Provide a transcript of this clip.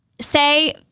Say